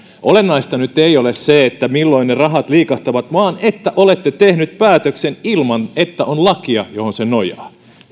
olennaista nyt ei ole se milloin ne rahat liikahtavat vaan se että olette tehneet päätöksen ilman että on lakia johon se nojaa